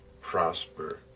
prosper